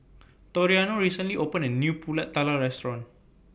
Toriano recently opened A New Pulut Tatal Restaurant